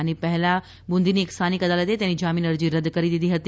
આની પહેલી બુંદીની એક સ્થાનિક અદાલતે તેની જામીન અરજી રદ કરી દીધી હતી